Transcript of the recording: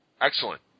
Excellent